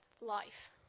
life